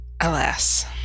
alas